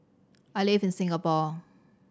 I live in Singapore